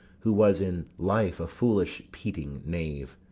who was in life a foolish peating knave.